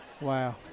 Wow